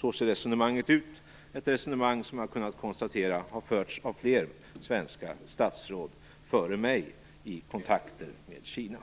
Så ser resonemanget ut. Det är ett resonemang som jag har kunnat konstatera har förts av fler svenska statsråd före mig i kontakter med Kina.